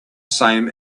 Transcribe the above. same